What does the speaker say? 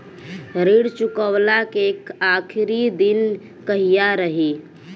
ऋण चुकव्ला के आखिरी दिन कहिया रही?